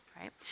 right